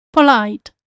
Polite